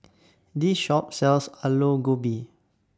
This Shop sells Aloo Gobi